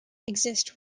exist